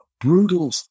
brutal